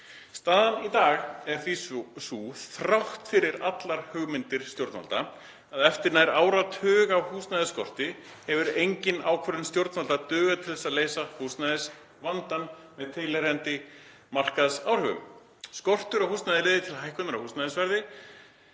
Staðan í dag er því sú, þrátt fyrir allar hugmyndir stjórnvalda, að eftir nær áratug af húsnæðisskorti hefur engin ákvörðun stjórnvalda dugað til að leysa húsnæðisvandann með tilheyrandi markaðsáhrifum. Skortur á húsnæði leiðir til hækkunar á húsnæðisverði